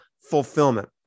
fulfillment